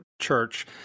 church